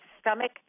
stomach